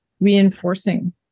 reinforcing